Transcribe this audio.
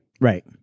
Right